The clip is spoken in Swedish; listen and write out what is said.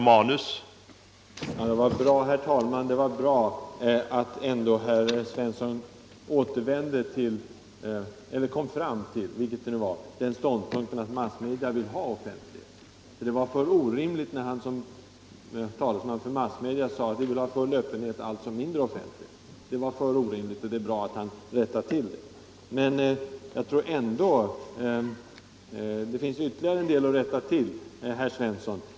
Herr talman! Det var bra att herr Svensson i Eskilstuna till slut kom fram till ståndpunkten att massmedierna vill ha offentlighet. Det var för orimligt när han såsom talesman för massmedia sade: Vi vill ha full öppenhet, alltså mindre offentlighet. Det var bra att herr Svensson rättade till det. Men jag tror, herr Svensson, att det finns ytterligare saker att rätta Nr 7 till.